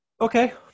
Okay